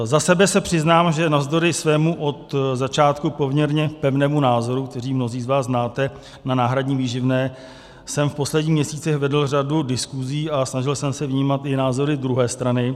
Za sebe se přiznám, že navzdory svému od začátku poměrně pevnému názoru, který mnozí z vás znáte, na náhradní výživné jsem v posledních měsících vedl řadu diskuzí a snažil jsem se vnímat i názory druhé strany.